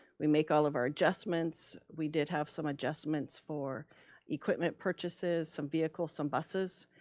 we make all of our adjustments. we did have some adjustments for equipment purchases, some vehicle, some buses,